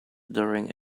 during